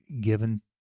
given